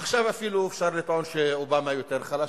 עכשיו אפילו אפשר לטעון שאובמה יותר חלש,